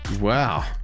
wow